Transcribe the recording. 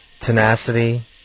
tenacity